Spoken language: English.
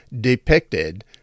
depicted